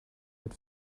had